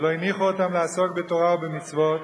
ולא הניחו אותם לעסוק בתורה ובמצוות,